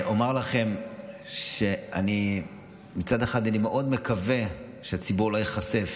אומר לכם שמצד אחד אני מאוד מקווה שהציבור לא ייחשף